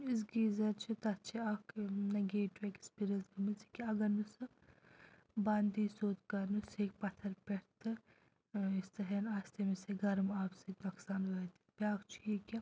یُس گیٖزَر چھُ تَتھ چھِ اَکھ نَگیٹِو ایٚکٕسپیٖریَنس گٔمٕژ زِ کہِ اگر نہٕ سُہ بنٛد یِی سیوٚد کَرنہٕ سُہ ہیٚکہِ پَتھَر پیٚتھ تہٕ ٲں یُس تَتھیٚن آسہِ تٔمِس ہیٚکہِ گَرٕم آبہٕ سۭتۍ نۄقصان وٲتِتھ بیٛاکھ چھُ یہِ کہِ